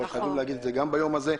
אבל חייבים להגיד את זה גם ביום הזה,